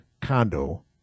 Condo